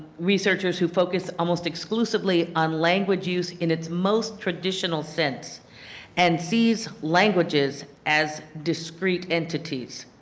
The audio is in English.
researchers who focus almost exclusively on language use in its most traditional sense and sees languages as discrete entities.